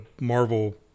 Marvel